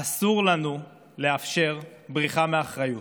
אסור לנו לאפשר בריחה מאחריות,